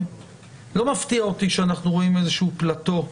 לא מפתיע אותי שאנחנו רואים איזשהו פלאטו,